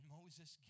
Moses